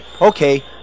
Okay